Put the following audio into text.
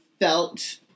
felt